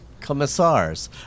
Commissars